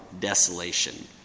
desolation